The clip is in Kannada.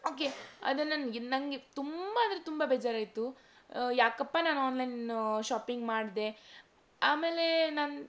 ಓಕೆ ಅದನ್ನು ನನಗೆ ನಂಗೆ ತುಂಬ ಅಂದರೆ ತುಂಬ ಬೇಜರಾಯಿತು ಯಾಕಪ್ಪ ನಾನು ಆನ್ಲೈನ್ ಶಾಪಿಂಗ್ ಮಾಡಿದೆ ಆಮೇಲೆ ನಾನು